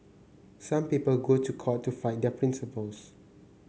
some people go to court to fight their principles